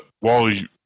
Wally